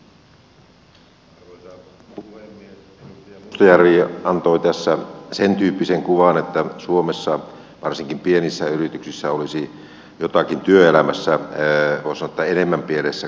edustaja mustajärvi antoi tässä sen tyyppisen kuvan että suomessa varsinkin pienissä yrityksissä olisi työelämässä jotakin voisi sanoa enemmän pielessä kuin muualla